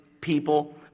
people